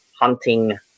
hunting